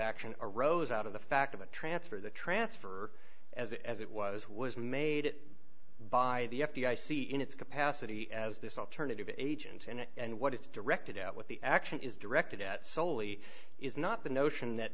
action arose out of the fact of a transfer the transfer as as it was was made by the f b i see in its capacity as this alternative agent and what it's directed at what the action is directed at solely is not the notion that